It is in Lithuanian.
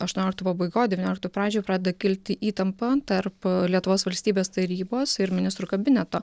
aštuonioliktų pabaigoj devynioliktų pradžioj pradeda kilti įtampa tarp lietuvos valstybės tarybos ir ministrų kabineto